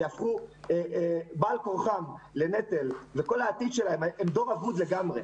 שיהפכו בעל כורחם לנטל וכל העתיד שלהם נחרב הם דור אבוד לגמרי.